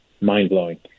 mind-blowing